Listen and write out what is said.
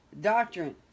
doctrine